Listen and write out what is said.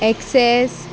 access